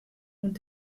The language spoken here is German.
und